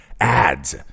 Ads